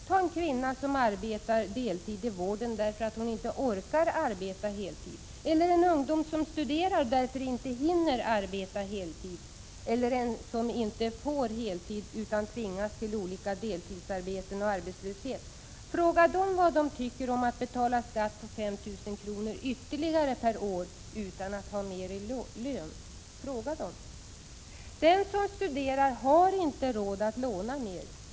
Ta en kvinna som arbetar deltid i vården därför att hon inte orkar arbeta heltid, eller en ungdom som studerar och därför inte hinner arbeta heltid, eller en som inte får arbeta på heltid utan tvingas till olika deltidsarbeten och arbetslöshet och fråga dem vad de tycker om att betala skatt på 5 000 kr. ytterligare per år utan att ha mer i lön. Fråga dem! Den som studerar har inte råd att låna mer.